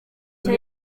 cya